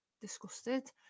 disgusted